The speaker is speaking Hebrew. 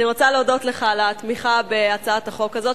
אני רוצה להודות לך על התמיכה בהצעת החוק הזאת,